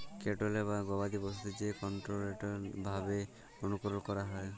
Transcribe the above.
cattle বা গবাদি পশুদের যে কনটোরোলড ভাবে অনুকরল ক্যরা হয়